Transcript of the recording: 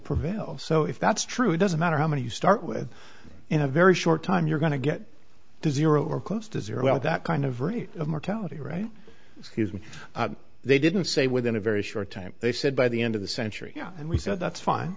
prevail so if that's true it doesn't matter how many you start with in a very short time you're going to get to zero or close to zero at that kind of rate of mortality right scuse me they didn't say within a very short time they said by the end of the century and we said that's fine